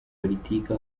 politike